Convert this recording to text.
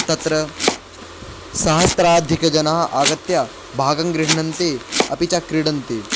तत्र सहस्राधिकजनाः आगत्य भागं गृह्णन्ति अपि च क्रीडन्ति